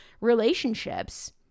relationships